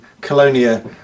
colonia